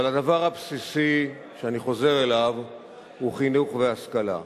אבל הדבר הבסיסי שאני חוזר אליו הוא חינוך והשכלה.